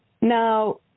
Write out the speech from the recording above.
Now